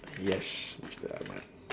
yes mister arman